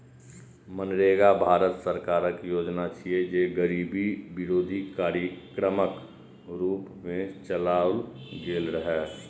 मनरेगा भारत सरकारक योजना छियै, जे गरीबी विरोधी कार्यक्रमक रूप मे चलाओल गेल रहै